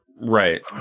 Right